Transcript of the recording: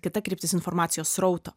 kita kryptis informacijos srauto